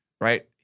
Right